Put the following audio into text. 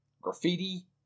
graffiti